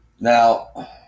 Now